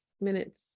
minutes